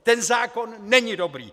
Ten zákon není dobrý!